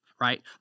right